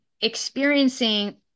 experiencing